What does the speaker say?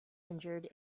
injured